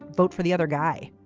vote for the other guy.